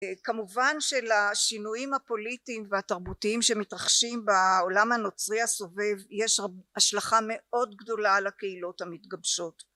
כמובן שלשינויים הפוליטיים והתרבותיים שמתרחשים בעולם הנוצרי הסובב, יש השלכה מאוד גדולה על הקהילות המתגבשות